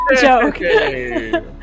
joke